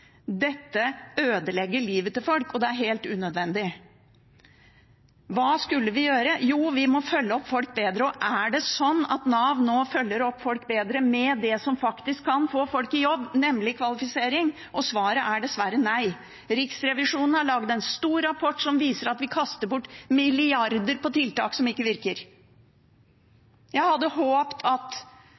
Dette ødelegger livet til folk, og det er helt unødvendig. Hva skulle vi gjøre? Jo, vi må følge opp folk bedre. Og er det sånn at Nav nå følger opp folk bedre med det som faktisk kan få folk i jobb, nemlig kvalifisering? Svaret er dessverre nei. Riksrevisjonen har laget en stor rapport som viser at vi kaster bort milliarder på tiltak som ikke virker. Jeg hadde håpet at